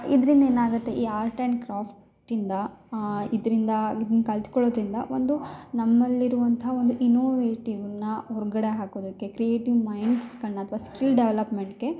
ಇದ್ರಿಂದ ಏನಾಗತ್ತೆ ಈ ಆರ್ಟ್ ಆ್ಯಂಡ್ ಕ್ರ್ಯಾಫ್ಟ್ ಇಂದ ಇದರಿಂದ ಇದ್ನ ಕಲ್ತುಕೊಳ್ಳೋದರಿಂದ ಒಂದು ನಮ್ಮಲ್ಲಿ ಇರುವಂಥ ಒಂದು ಇನೊವೇಟಿವ್ನ ಹೊರಗಡೆ ಹಾಕೋದಕ್ಕೆ ಕ್ರಿಯೆಟಿವ್ ಮೈಂಡ್ಸ್ಗಳ್ನ ಅಥ್ವ ಸ್ಕಿಲ್ ಡೆವಲಪ್ಮೆಂಟ್ಗೆ